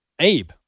Abe